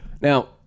Now